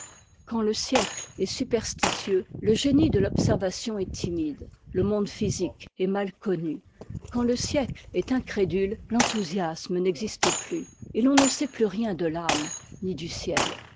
quand le siècle est superstitieux le génie de l'observation est timide le monde physique est mal connu quand le siècle est incrédule l'enthousiasme n'existe plus et l'on ne sait plus rien de t'âme ni du ciel